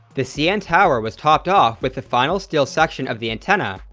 the cn tower was topped off with the final steel section of the antenna,